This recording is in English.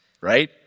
right